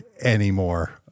anymore